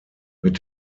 mit